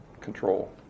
control